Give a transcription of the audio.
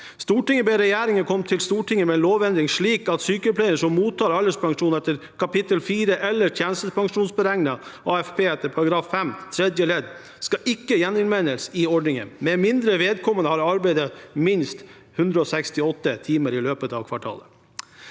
«Stortinget ber regjeringen komme tilbake til Stortinget med lovendringer slik at sykepleiere som mottar alderspensjon etter kapittel 4 eller tjenestepensjonsberegnet AFP etter § 7 tredje ledd, ikke skal gjeninnmeldes i ordningen, med mindre vedkommende har arbeidet i minst 168 timer i løpet av kvartalet.»